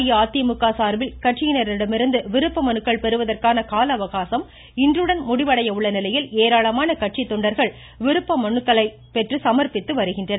அஇஅதிமுக சார்பில் கட்சியினரிடமிருந்து விருப்ப மனுக்கள் பெறுவதற்கான கால அவகாசம் இன்றுடன் முடிவடைய உள்ள நிலையில் ஏராளமான கட்சி தொண்டர்கள் விருப்ப மனுக்களை பெற்று சமர்ப்பித்து வருகின்றனர்